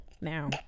now